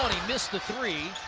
he missed the three,